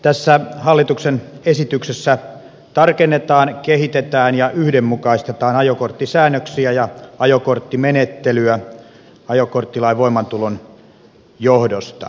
tässä hallituksen esityksessä tarkennetaan kehitetään ja yhdenmukaistetaan ajokorttisäännöksiä ja ajokorttimenettelyä ajokorttilain voimaantulon johdosta